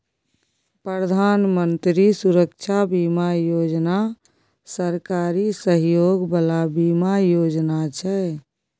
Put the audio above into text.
प्रधानमंत्री सुरक्षा बीमा योजना सरकारी सहयोग बला बीमा योजना छै